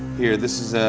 here, this is